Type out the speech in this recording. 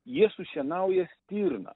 jis sušienauja stirną